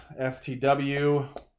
FTW